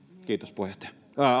kiitos puheenjohtaja